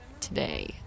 today